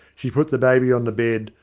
she put the baby on the bed,